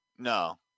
No